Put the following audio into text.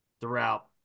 throughout